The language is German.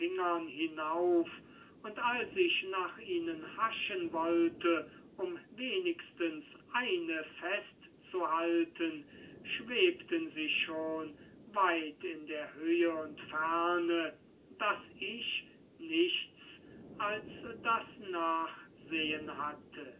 hinauf und als ich nach ihnen haschen wollte um wenigstens eine festzuhalten schwebten sie schon weit in der höhe und ferne daß ich nichts als das nachsehen hatte